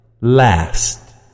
Last